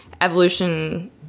evolution